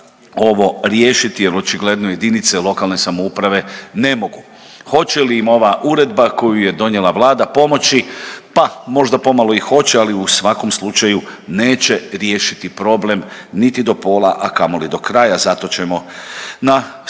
ovo riješiti jer očigledno jedinice lokalne samouprave ne mogu. Hoće li im ova Uredba koju je donijela Vlada pomoći? Pa možda pomalo i hoće, ali u svakom slučaju, neće riješiti problem niti do pola, a kamoli do kraja. Zato ćemo na skorom